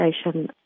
Station